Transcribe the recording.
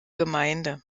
gemeinde